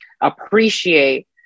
appreciate